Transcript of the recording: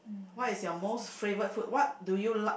what is your most favourite food what do you like